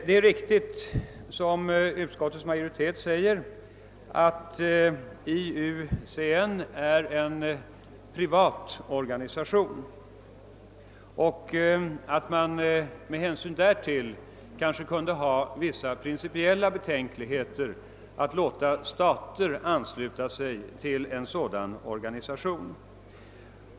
Det är riktigt som utskottsmajoriteten säger, att IUCN är en privat organisation och att man kanske kan ha vissa principiella betänkligheter mot att stater ansluter sig till en sådan organisation.